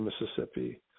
Mississippi